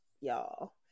y'all